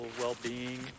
well-being